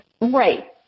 right